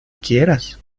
quieras